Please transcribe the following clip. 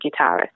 guitarist